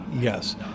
Yes